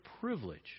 privilege